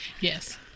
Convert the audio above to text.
Yes